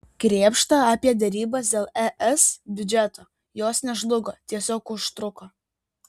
krėpšta apie derybas dėl es biudžeto jos nežlugo tiesiog užtruko